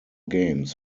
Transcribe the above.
games